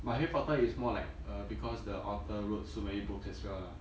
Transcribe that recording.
but harry potter is more like uh because the author wrote so many books as well lah